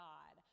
God